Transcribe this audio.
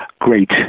great